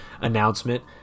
announcement